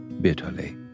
bitterly